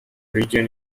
region